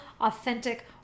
authentic